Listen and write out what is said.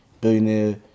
billionaire